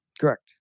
Correct